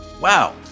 Wow